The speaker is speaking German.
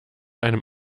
einem